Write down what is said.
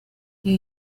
you